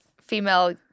female